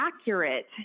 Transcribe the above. accurate